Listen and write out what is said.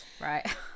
right